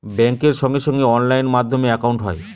ব্যাঙ্কের সঙ্গে সঙ্গে অনলাইন মাধ্যমে একাউন্ট হয়